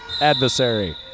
adversary